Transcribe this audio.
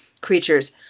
creatures